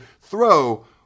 throw